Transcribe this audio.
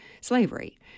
slavery